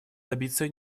добиться